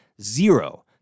zero